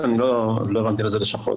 לא הבנתי איזה לשכות.